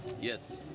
Yes